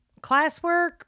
classwork